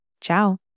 Ciao